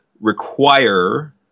require